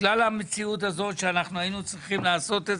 בגלל המציאות שבה היינו צריכים לעשות את